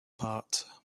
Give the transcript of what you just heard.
part